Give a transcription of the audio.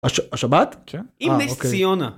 השבת. אם נס ציונה.